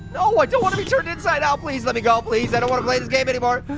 no i don't want to be turned inside out. please let me go, please i don't wanna play this game anymore.